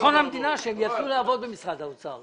ביטחון המדינה, שיתחילו לעבוד במשרד האוצר.